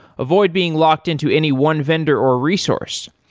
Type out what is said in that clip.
avoid being locked-in to any one vendor or resource.